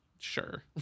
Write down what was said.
Sure